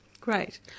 Great